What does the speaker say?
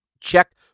check